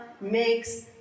makes